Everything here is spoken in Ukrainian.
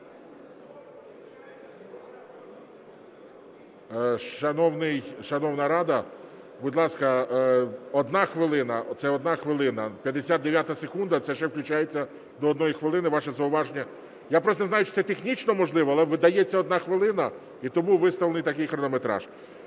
Шановна "Рада", будь ласка, одна хвилина – це одна хвилина, 59-а секунда – це ще включається до одної хвилини, ваше зауваження... Я просто не знаю, чи це технічно можливо, але дається одна хвилина, і тому виставлений такий хронометраж.